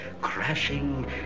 crashing